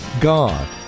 God